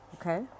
okay